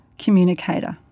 communicator